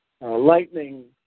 lightning